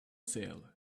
sale